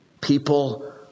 People